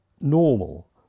normal